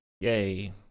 yay